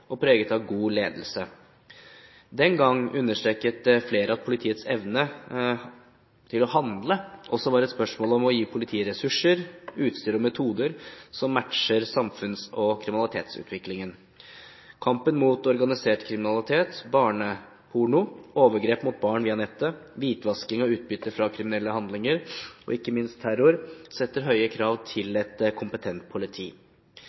og preget av god ledelse. Den gang understreket flere at politiets evne til å handle også var et spørsmål om å gi politiet ressurser, utstyr og metoder som matcher samfunns- og kriminalitetsutviklingen. Kampen mot organisert kriminalitet, barneporno, overgrep mot barn via nettet, hvitvasking av utbytte fra kriminelle handlinger og ikke minst terror setter høye krav til et kompetent politi.